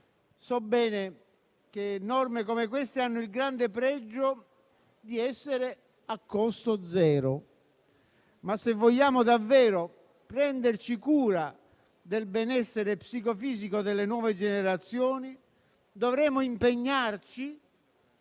So bene che norme come quelle al nostro esame hanno il grande pregio di essere a costo zero. Ma, se vogliamo davvero prenderci cura del benessere psicofisico delle nuove generazioni, dovremo impegnarci